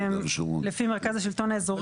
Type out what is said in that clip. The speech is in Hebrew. לפי המרכז השלטון האזורי,